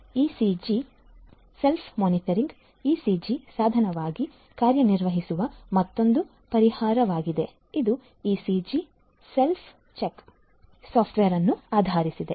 ECG self monitoring ECG ಸಾಧನವಾಗಿ ಕಾರ್ಯನಿರ್ವಹಿಸುವ ಮತ್ತೊಂದು ಪರಿಹಾರವಾಗಿದೆ ಇದು "ಇಸಿಜಿ ಸೆಲ್ಫ್ ಚೆಕ್" ಸಾಫ್ಟ್ವೇರ್ ಅನ್ನು ಆಧರಿಸಿದೆ